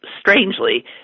strangely